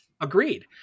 agreed